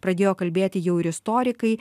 pradėjo kalbėti jau ir istorikai